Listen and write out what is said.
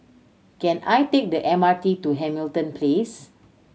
can I take the M R T to Hamilton Place